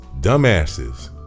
dumbasses